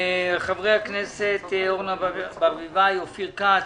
חברי הכנסת אורנה ברביבאי, אופיר כץ,